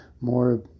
more